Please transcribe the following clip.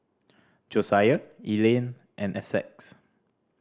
Josiah Elaine and Essex